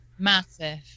massive